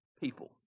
people